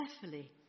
carefully